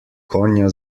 konja